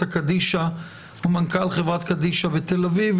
הקדישא ומנכ"ל חברת קדישא בתל אביב,